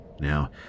Now